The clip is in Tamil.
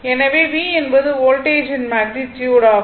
எனவே V என்பது வோல்டேஜின் மேக்னிட்யுட் ஆகும்